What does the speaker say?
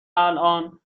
الان